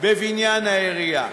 בבניין העירייה.